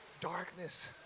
darkness